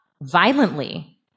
violently